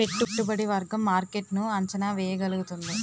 పెట్టుబడి వర్గం మార్కెట్ ను అంచనా వేయగలుగుతుంది